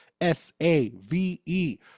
S-A-V-E